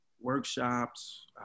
workshops